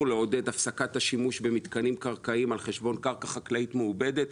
לעודד את הפסקת השימוש במתקנים קרקעיים על חשבון קרקע חקלאית מעובדת.